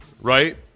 Right